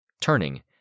Turning